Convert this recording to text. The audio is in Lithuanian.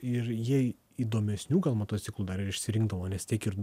ir jie įdomesnių gal motociklų dar ir išsirinkdavo nes tiek ir